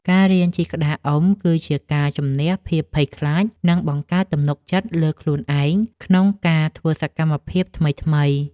ការរៀនជិះក្តារអុំ គឺជាការជម្នះភាពភ័យខ្លាច និងបង្កើតទំនុកចិត្តលើខ្លួនឯងកាន់តែខ្លាំងក្នុងការធ្វើសកម្មភាពថ្មីៗ។